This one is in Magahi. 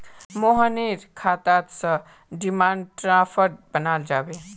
मोहनेर खाता स डिमांड ड्राफ्ट बनाल जाबे